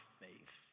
faith